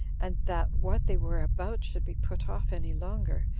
and that what they were about should be put off any longer,